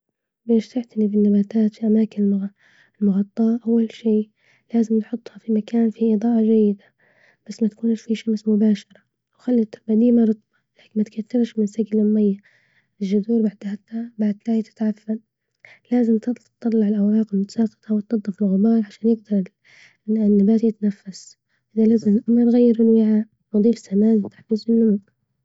باش تعتني بالنباتات في أماكن مغ مغطاة أول شي لازم تحطها في مكان فيه إضاءة جيدة بس متكونش في شمس مباشرة وخلي التربة ديمة رطبة لكن متكترش من سجي للمية، الذور بعد ت بعد تتعفن لازم تط تطلع الأوراق المتساقطة وتنضف الغبار عشان يجدرالن النبات يتنفس، ولازم ما نغير الوعاء ونضيف سماد لتحفيز النمو.